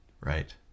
Right